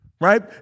right